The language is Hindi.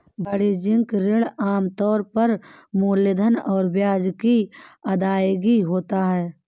वाणिज्यिक ऋण आम तौर पर मूलधन और ब्याज की अदायगी होता है